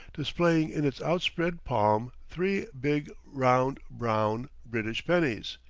displaying in its outspread palm three big, round, brown, british pennies.